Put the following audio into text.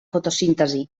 fotosíntesi